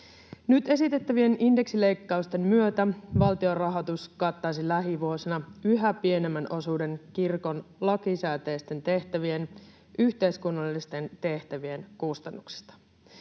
Nyt esitettävien indeksileikkausten myötä valtionrahoitus kattaisi lähivuosina yhä pienemmän osuuden kirkon lakisääteisten tehtävien, yhteiskunnallisten tehtävien, kustannuksista.